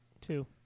two